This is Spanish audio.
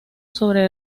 sobre